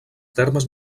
termes